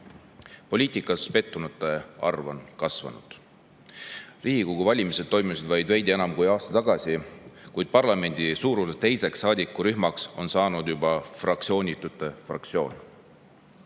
Poliitikas pettunute arv on kasvanud. Riigikogu valimised toimusid vaid veidi enam kui aasta tagasi, kuid parlamendi suuruselt teiseks saadikurühmaks on saanud juba fraktsioonitute [rühm].